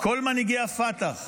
כל מנהיגי הפת"ח